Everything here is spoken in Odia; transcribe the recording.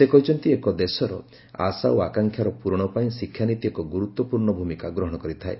ସେ କହିଛନ୍ତି ଏକ ଦେଶର ଆଶା ଓ ଆକାଂକ୍ଷାର ପୂରଣ ପାଇଁ ଶିକ୍ଷାନୀତି ଏକ ଗୁରୁତ୍ୱପୂର୍ଣ୍ଣ ଭୂମିକା ଗ୍ରହଣ କରିଥାଏ